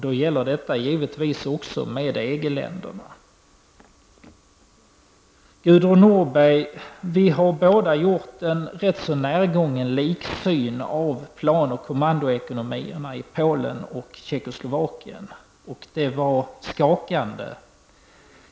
Det gäller då också givetvis med EG-länderna. Gudrun Norberg! Vi har båda gjort en rätt så närgången liksyn av plan kommandoekonomierna i Polen och Tjeckoslovakien. Det var skakande.